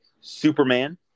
Superman